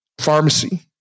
pharmacy